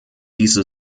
diese